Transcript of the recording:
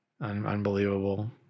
Unbelievable